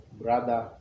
brother